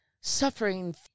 suffering